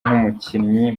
nk’umukinnyi